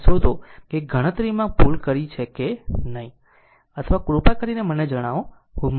અને શોધો કે કોઈ ગણતરીમાં ભૂલ કરી હોય કે નહિ અથવા કૃપા કરીને મને જણાવો